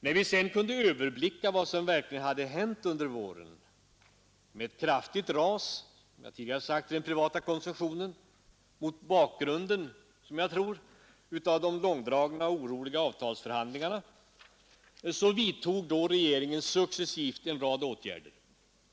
När vi sedan kunde överblicka vad som verkligen hade hänt under våren — ett kraftigt ras, som jag tidigare sagt, i den privata konsumtionen mot bakgrunden, som jag tror, av de långdragna och oroliga avtalsförhandlingarna — vidtog regeringen successivt en rad åtgärder.